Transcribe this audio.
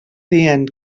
dient